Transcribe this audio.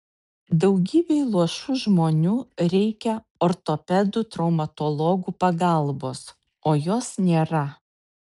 daugybei luošų žmonių reikia ortopedų traumatologų pagalbos o jos nėra